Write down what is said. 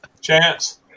Chance